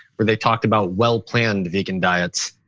where they talked about well-planned vegan diets.